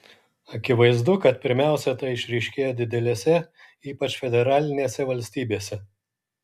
akivaizdu kad pirmiausia tai išryškėja didelėse ypač federalinėse valstybėse